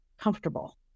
comfortable